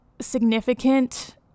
significant